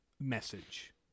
message